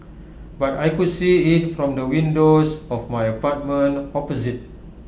but I could see IT from the windows of my apartment opposite